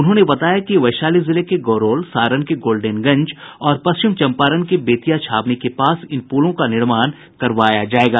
उन्होंने बताया कि वैशाली जिले के गोरौल सारण के गोल्डेनगंज और पश्चिम चंपारण के बेतिया छावनी के पास इन पुलों का निर्माण करवाया जायेगा